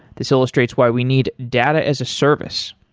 this illustrates why we need data as a service.